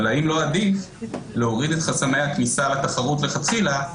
אבל האם לא עדיף להוריד את חסמי הכניסה לתחרות מלכתחילה.